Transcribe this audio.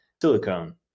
silicone